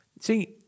See